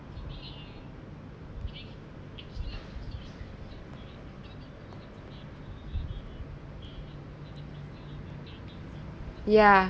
ya